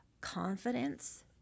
confidence